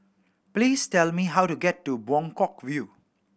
please tell me how to get to Buangkok View